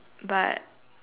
but